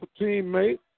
teammate